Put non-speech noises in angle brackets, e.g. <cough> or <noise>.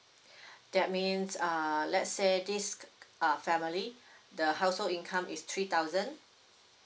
<breath> that means uh let's say this <noise> uh family <breath> the household income is three thousand